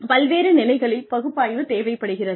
பல்வேறு நிலைகளில் பகுப்பாய்வு தேவைப்படுகிறது